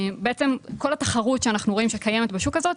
כל התחרות שאנחנו רואים שקיימת בשוק הזה,